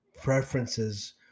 preferences